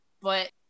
but-